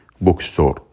bookstore